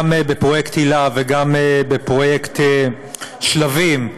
גם בפרויקט היל"ה וגם בפרויקט שלבים,